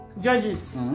judges